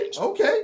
Okay